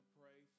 pray